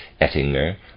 Ettinger